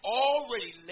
already